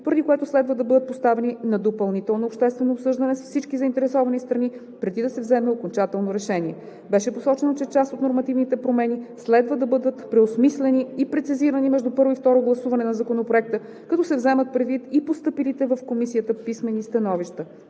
поради което следва да бъдат поставени на допълнително обществено обсъждане с всички заинтересовани страни, преди да се вземе окончателно решение. Беше посочено, че част от нормативните промени следва да бъдат преосмислени и прецизирани между първо и второ гласуване на Законопроекта, като се вземат предвид и постъпилите в Комисията писмени становища.